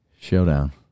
showdown